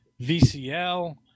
vcl